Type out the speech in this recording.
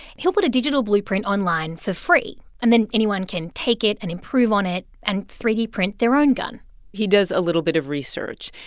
he'll put a digital blueprint online for free. and then anyone can take it and improve on it and three d print their own gun he does a little bit of research.